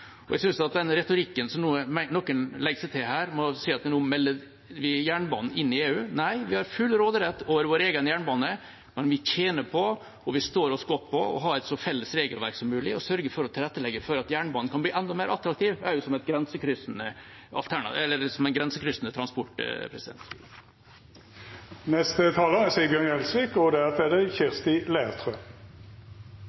den retorikken som noen legger seg til her, med å si at nå melder vi jernbanen inn i EU – nei, vi har full råderett over vår egen jernbane, men vi tjener på, og vi står oss godt på, å ha mest mulig felles regelverk, og sørge for å tilrettelegge for at jernbanen kan bli enda mer attraktiv, også som en grensekryssende transport. Nok en gang sørger stortingsflertallet for å avgi makt til EU på vitale områder. Denne gangen er det norsk jernbanepolitikk og norsk jernbanesikkerhet det